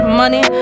money